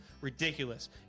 ridiculous